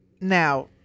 now